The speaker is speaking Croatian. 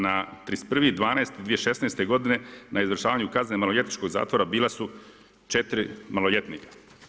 Na 31.12.2016. godine na izvršavanju kazne maloljetničkog zatvora bila su 4 maloljetnika.